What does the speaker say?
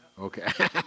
Okay